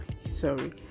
sorry